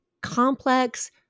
complex